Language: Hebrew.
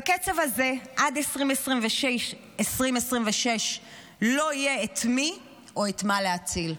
בקצב הזה, עד 2026 לא יהיה את מי או את מה להציל.